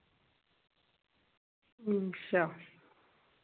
अच्छा